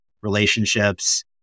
relationships